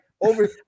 over